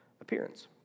appearance